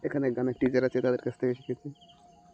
এখানে গানের টিচার আছে তাদের কাছ থেকে শিখেছি